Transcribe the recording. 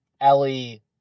Ellie